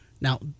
Now